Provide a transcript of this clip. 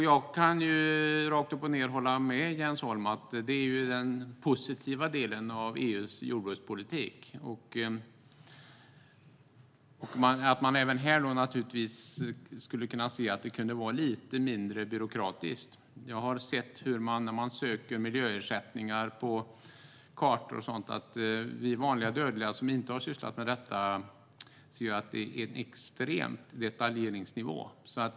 Jag kan rakt upp och ned hålla med Jens Holm: Detta är den positiva delen av EU:s jordbrukspolitik. Men även här skulle man naturligtvis vilja se att det var lite mindre byråkratiskt. Jag har sett på kartor och så vidare hur det går till när man söker miljöersättningar. Vi vanliga dödliga, som inte har sysslat med detta, ser att det är en extrem detaljeringsnivå.